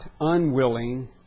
unwilling